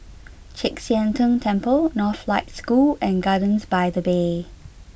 Chek Sian Tng Temple Northlight School and Gardens by the Bay